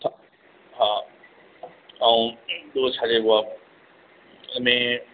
हा ऐं पोइ छा चइबो आहे अने